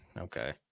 Okay